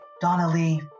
donnelly